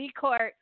Court